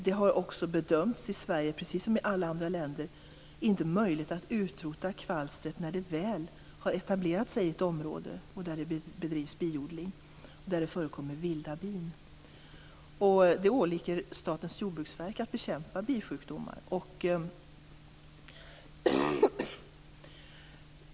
Det har också i Sverige, precis som i alla andra länder, inte bedömts vara möjligt att utrota kvalstret när det väl har etablerat sig i ett område där det bedrivs biodling och där det förekommer vilda bin. Det åligger Statens jordbruksverk att bekämpa bisjukdomar.